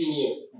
years